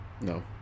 No